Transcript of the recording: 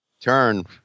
Turn